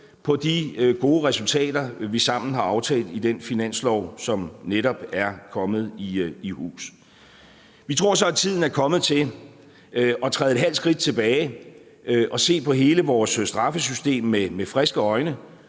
på de gode resultater, vi sammen har aftalt i den finanslov, som netop er kommet i hus. Vi tror så, at tiden er kommet til at træde et halvt skridt tilbage og se på hele vores straffesystem med friske øjne.